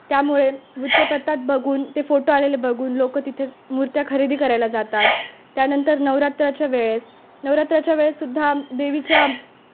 त्यामुळे वृत्तपत्रात बघून ते फोटो आलेले बघून लोक तिथे मूर्त्या खरेदी करायला जातात त्यानंतर नवरात्राच्या वेळेस नवरात्राच्या वेळेससुद्धा देवीच्या